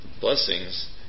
blessings